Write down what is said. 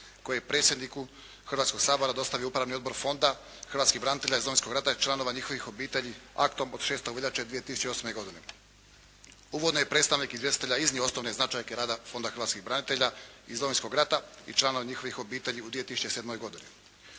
koji je predsjedniku Hrvatskog sabora dostavio Upravni odbor fonda hrvatskih branitelja iz Domovinskog rata i članova njihovih obitelji aktom od 6. veljače 2008. godine. Uvodno je predstavnik izvjestitelja iznio osnovne značajke rada Fonda hrvatskih branitelja iz Domovinskog rata i članova njihovih obitelji u 2007. godini.